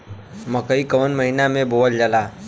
मकई कवने महीना में बोवल जाला?